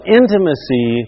intimacy